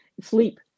sleep